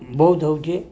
ବୌଦ୍ଧ ହେଉଛି